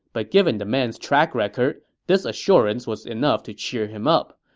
but given the man's track record, this assurance was enough to cheer him up.